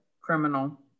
criminal